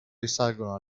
risalgono